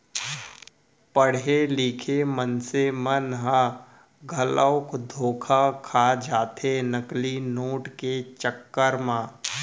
पड़हे लिखे मनसे मन ह घलोक धोखा खा जाथे नकली नोट के चक्कर म